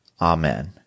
amen